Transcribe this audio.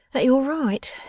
that you're right.